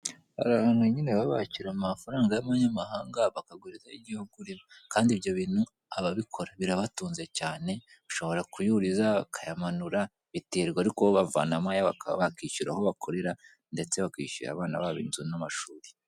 Hari abantu nyine baba bakira amafaranga y'amanyamahanga bakaguhereza ay'iguhugu urimo, kandi ibyo bintu ababikora birabatunze cyane ushobora kuyuriza, ukayamanura biterwa ariko bo bavanamo ayabo bakaba bakwishyura aho bakorera ndetse bakishyurira abana babo inzu n'amashuri.